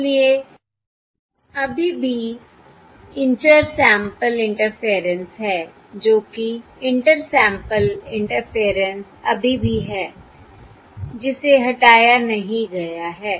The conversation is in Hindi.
इसलिए अभी भी इंटर सैंपल इंटरफेयरेंस है जो कि इंटर सैंपल इंटरफेयरेंस अभी भी है जिसे हटाया नहीं गया है